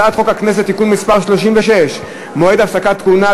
הצעת חוק הכנסת (תיקון מס' 36) (מועד הפסקת כהונה),